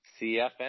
CFM